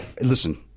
Listen